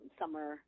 summer